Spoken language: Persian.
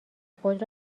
خود